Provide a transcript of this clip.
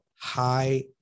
high